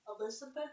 Elizabeth